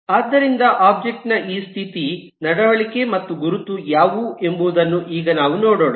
ಆದ್ದರಿಂದ ಒಬ್ಜೆಕ್ಟ್ ನ ಈ ಸ್ಥಿತಿ ನಡವಳಿಕೆ ಮತ್ತು ಗುರುತು ಯಾವುವು ಎಂಬುದನ್ನು ಈಗ ನಾವು ನೋಡೋಣ